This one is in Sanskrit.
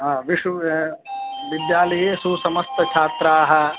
हा विश्व विद्यालयेषु समस्त छात्राः